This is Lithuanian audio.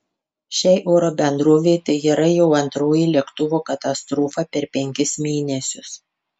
šiai oro bendrovei tai yra jau antroji lėktuvo katastrofa per penkis mėnesius